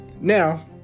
Now